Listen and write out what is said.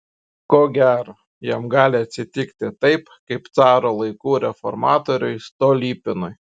ko gero jam gali atsitikti taip kaip caro laikų reformatoriui stolypinui